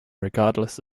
regardless